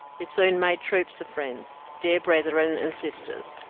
he soon made troops of friends, dear brethren and sisters,